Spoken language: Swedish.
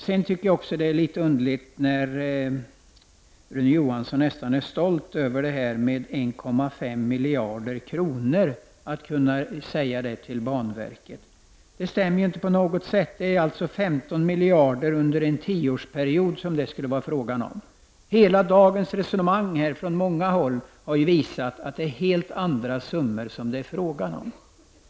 Sedan tycker jag att det är litet underligt när Rune Johansson nästan är stolt över att kunna säga till banverket att det får 1,5 miljarder. Det stämmer inte på något sätt. Det skulle alltså vara fråga om 15 miljarder under en tioårsperiod. Alla resonemang här i dag har visat att det är helt andra summor som det handlar om.